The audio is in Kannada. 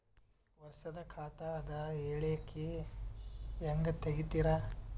ವರ್ಷದ ಖಾತ ಅದ ಹೇಳಿಕಿ ಹೆಂಗ ತೆಗಿತಾರ?